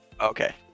Okay